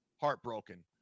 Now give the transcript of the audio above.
heartbroken